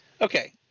Okay